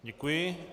Děkuji.